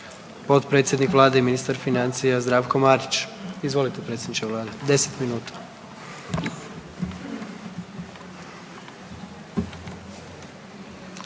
potpredsjednik Vlade i ministar financija Zdravko Marić. Izvolite predsjedniče Vlade 10 minuta.